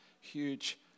huge